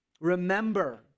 Remember